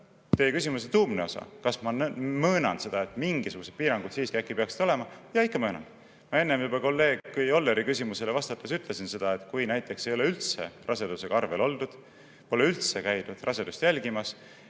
teie küsimuse tuumne osa, et kas ma möönan seda, et mingisugused piirangud siiski peaksid olema. Jaa, ikka möönan. Ma juba enne kolleeg Jolleri küsimusele vastates ütlesin, et kui näiteks üldse ei ole rasedusega arvel oldud, pole üldse käidud rasedust jälgimas,